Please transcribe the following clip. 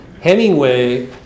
Hemingway